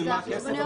של מה הכסף,